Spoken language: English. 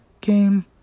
game